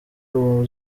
uwo